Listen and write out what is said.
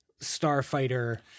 Starfighter